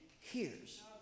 hears